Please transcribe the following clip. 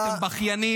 אתם בכיינים.